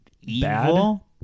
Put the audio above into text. evil